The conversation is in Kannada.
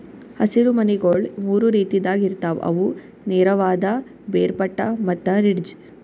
ಹಸಿರು ಮನಿಗೊಳ್ ಮೂರು ರೀತಿದಾಗ್ ಇರ್ತಾವ್ ಅವು ನೇರವಾದ, ಬೇರ್ಪಟ್ಟ ಮತ್ತ ರಿಡ್ಜ್